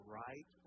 right